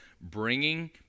bringing